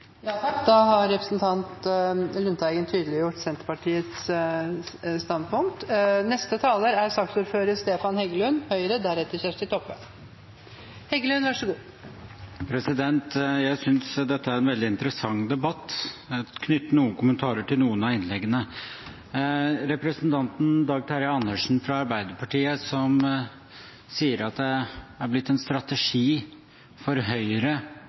Da har representanten Per Olaf Lundteigen tydeliggjort Senterpartiets standpunkter. Jeg synes dette er en veldig interessant debatt. Jeg skal knytte noen kommentarer til noen av innleggene. Representanten Dag Terje Andersen fra Arbeiderpartiet sier at det er blitt en strategi for Høyre